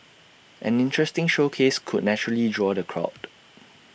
an interesting showcase could naturally draw the crowd